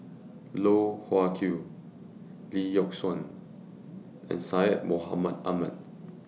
Loh Wai Kiew Lee Yock Suan and Syed Mohamed Ahmed